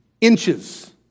inches